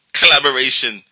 collaboration